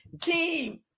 team